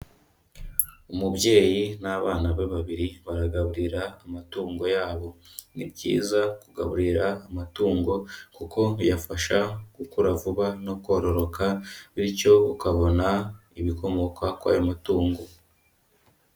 Umubyeyi n'abana be babiri baragaburira amatungo yabo, ni byiza kugaburira amatungo kuko biyafasha gukura vuba no kororoka bityo ukabona ibikomoka kuri ayo matungo.